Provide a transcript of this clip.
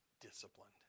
disciplined